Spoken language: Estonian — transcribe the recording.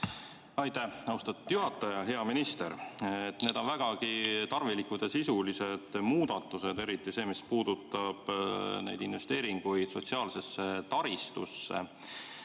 Aitäh, austatud juhataja! Hea minister! Need on vägagi tarvilikud ja sisulised muudatused, eriti see, mis puudutab investeeringuid sotsiaalsesse taristusse.